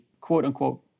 quote-unquote